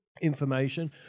information